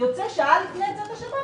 לא יעזור כלום,